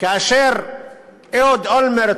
כאשר אהוד אולמרט